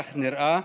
כך נראה,